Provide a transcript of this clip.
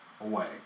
away